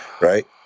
right